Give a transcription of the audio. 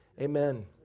amen